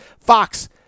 Fox